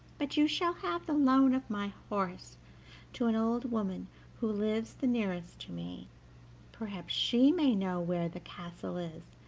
but you shall have the loan of my horse to an old woman who lives the nearest to me perhaps she may know where the castle is,